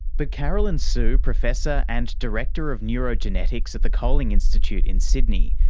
but carolyn sue, professor and director of neurogenetics of the kolling institute in sydney,